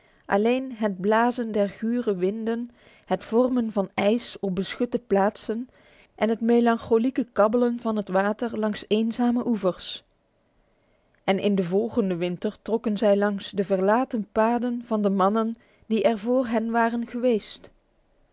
alleen het blazen der gure winden het vormen van ijs op beschutte plaatsen en het melancholieke kabbelen van het water langs eenzame oevers en in de volgende winter trokken zij langs de verlaten paden van de mannen die er vr hen waren geweest